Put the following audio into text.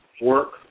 work